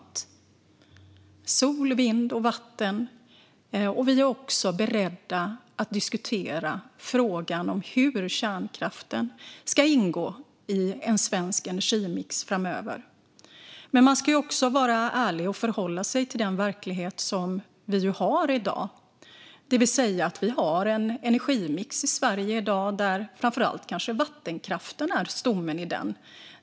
Det behövs sol, vind och vatten, och vi är också beredda att diskutera frågan hur kärnkraften ska ingå i en svensk energimix framöver. Men man ska vara ärlig och förhålla sig till den verklighet som vi har. Vi har i dag i Sverige en energimix där framför allt vattenkraften är stommen.